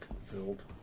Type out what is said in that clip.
filled